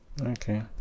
okay